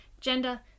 gender